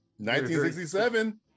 1967